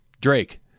Drake